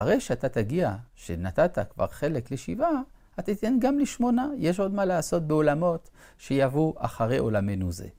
הרי שאתה תגיע שנתת כבר חלק לשבעה, אתה תיתן גם לשמונה, יש עוד מה לעשות בעולמות שיבואו אחרי עולמנו זה.